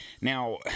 Now